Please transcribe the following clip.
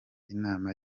inama